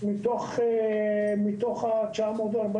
300,000 עובדי